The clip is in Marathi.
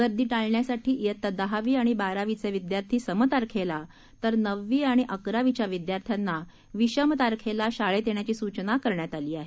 गर्दी टाळण्यासाठी वित्ता दहावी आणि बारावीचे विद्यार्थीं सम तारखेला तर नववी आणि अकरावीच्या विद्यार्थ्यांना विषम तारखेला शाळेत येण्याची सूचना करण्यात आली आहे